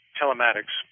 telematics